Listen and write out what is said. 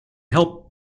help